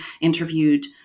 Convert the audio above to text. interviewed